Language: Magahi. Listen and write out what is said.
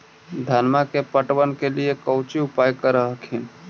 धनमा के पटबन के लिये कौची उपाय कर हखिन?